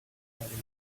bottom